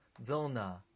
Vilna